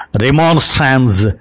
remonstrance